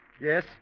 Yes